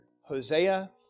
Hosea